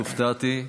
הופתעתי.